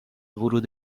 ورود